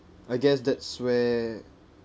I guess that's where